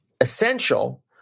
essential